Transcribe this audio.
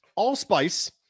Allspice